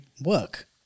work